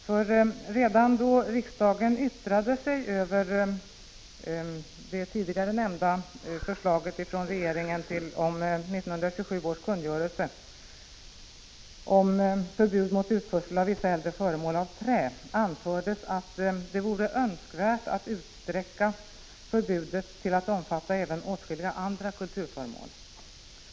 Ty redan då riksdagen yttrade sig över det tidigare nämnda förslaget från regeringen till 1927 års kungörelse om förbud mot utförsel av vissa äldre föremål av trä, anfördes att ”det vore önskvärt att utsträcka förbudet till att omfatta även åtskilliga andra kulturföremål”.